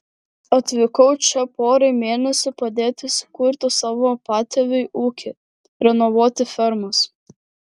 atvykau čia porai mėnesių padėti įsikurti savo patėviui ūkį renovuoti fermas